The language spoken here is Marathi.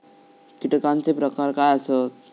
कीटकांचे प्रकार काय आसत?